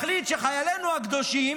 מחליט שחיילינו הקדושים